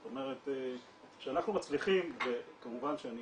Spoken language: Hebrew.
זאת אומרת כשאנחנו מצליחים וכמובן שאני